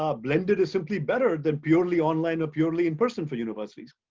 ah blended is simply better than purely online or purely in-person for universities.